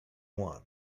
one